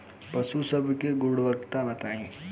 पशु सब के गुणवत्ता बताई?